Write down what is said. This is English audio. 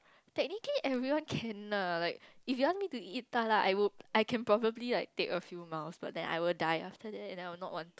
technically everyone can lah like if you ask me to eat I would I can probably like take a few mouths but then I will die after that and I will not want